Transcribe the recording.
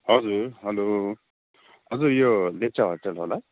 हजुर हेलो हजुर यो लेप्चा होटेल होला